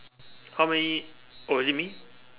how many oh is it me